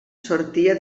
sortia